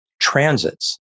transits